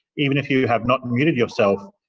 even if you have not muted yourself,